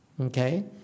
Okay